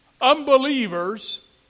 Unbelievers